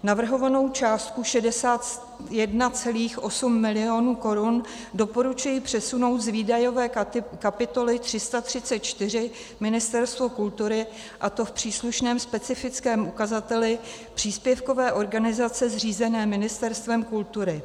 Navrhovanou částku 61,8 milionu korun doporučuji přesunout z výdajové kapitoly 334 Ministerstvo kultury, a to v příslušném specifickém ukazateli příspěvkové organizace zřízené Ministerstvem kultury.